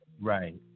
Right